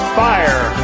fire